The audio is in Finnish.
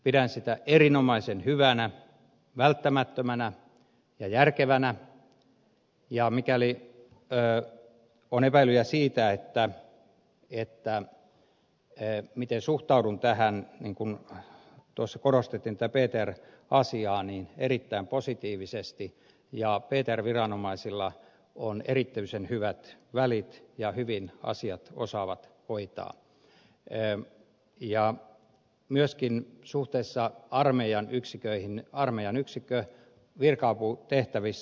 pidän sitä erinomaisen hyvänä välttämättömänä ja järkevänä ja mikäli on epäilyjä siitä miten suhtaudun tähän niin kuten tuossa korostettiin tätä ptr asiaa suhtaudun erittäin positiivisesti ja ptr viranomaisilla on erityisen hyvät välit ja ne osaavat hyvin asiat hoitaa ja myöskin suhteessa armeijan yksiköihin virka aputehtävissä